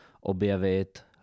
objevit